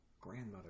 grandmother